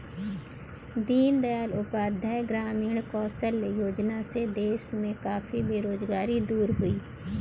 दीन दयाल उपाध्याय ग्रामीण कौशल्य योजना से देश में काफी बेरोजगारी दूर हुई है